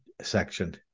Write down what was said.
section